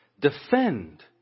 defend